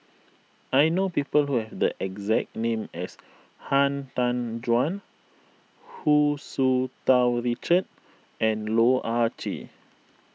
I know people who have the exact name as Han Tan Juan Hu Tsu Tau Richard and Loh Ah Chee